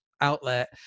outlet